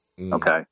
Okay